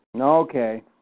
Okay